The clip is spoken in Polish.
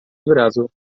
wyrazu